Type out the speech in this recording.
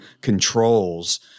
controls